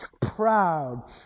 proud